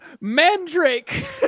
Mandrake